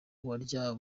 buye